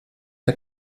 der